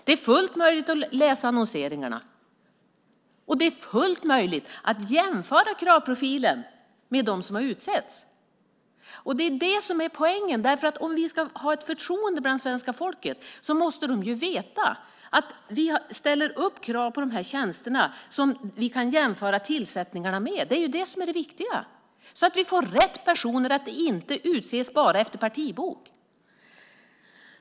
Det är fullt möjligt att läsa annonserna. Och det är fullt möjligt att jämföra kravprofilen med dem som har utsetts. Det är det som är poängen, därför att om vi ska ha ett förtroende hos svenska folket måste de veta att vi ställer upp krav för de här tjänsterna som de tillsatta kan jämföras med. Det är det som är det viktiga. Det gör att vi får rätt personer och att de inte utses bara efter partibok.